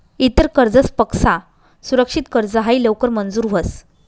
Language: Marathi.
इतर कर्जसपक्सा सुरक्षित कर्ज हायी लवकर मंजूर व्हस